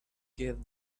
gave